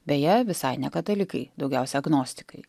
beje visai ne katalikai daugiausia agnostikai